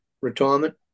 retirement